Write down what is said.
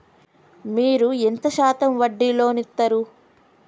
మీరు ఎంత శాతం వడ్డీ లోన్ ఇత్తరు?